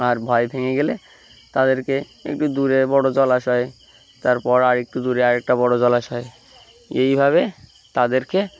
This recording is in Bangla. আর ভয় ভেঙে গেলে তাদেরকে একটু দূরে বড়ো জলাশয় তারপর আরেকটু দূরে আরেকটা বড়ো জলাশয় এইভাবে তাদেরকে